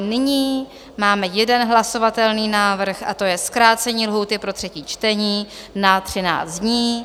Nyní máme jeden hlasovatelný návrh a to je zkrácení lhůty pro třetí čtení na 13 dní.